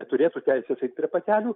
neturėtų teisės eit prie patelių